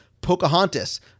Pocahontas